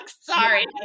sorry